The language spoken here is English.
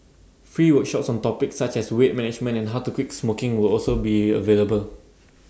free workshops on topics such as weight management and how to quit smoking will also be available